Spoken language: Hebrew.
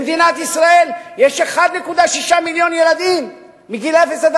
במדינת ישראל יש 1.6 מיליון ילדים מגיל אפס עד